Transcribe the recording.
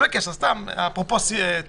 היתה שם הפגנה מאוד סוערת.